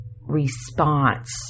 response